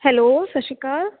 hello ਸਤਿ ਸ਼੍ਰੀ ਅਕਾਲ